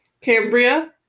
Cambria